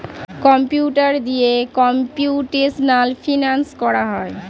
computer দিয়ে computational finance করা হয়